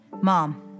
Mom